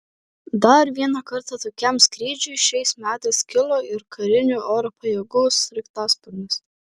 dar vieną kartą tokiam skrydžiui šiais metais kilo ir karinių oro pajėgų sraigtasparnis